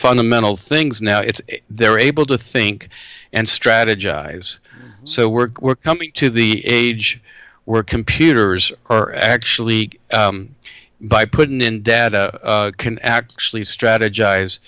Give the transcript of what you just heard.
fundamental things now it's they're able to think and strategize so work we're coming to the age where computers are actually by putting in dad can actually strategize